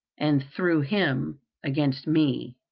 and through him against me.